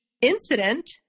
incident